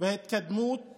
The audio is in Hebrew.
וההתקדמות